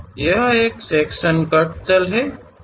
यह एक section cut तल हैं जो वो एक काल्पनिक तल है